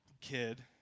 kid